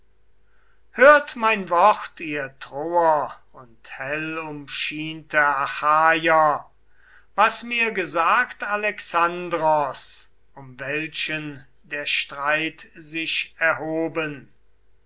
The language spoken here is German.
hört mein wort ihr troer und hellumschiente achaier was mir gesagt alexandros um welchen der streit sich erhoben